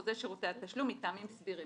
בחוזה שירותי התשלום מטעמים סבירים.